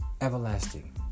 Everlasting